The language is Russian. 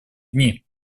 дни